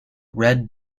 red